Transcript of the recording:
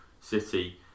City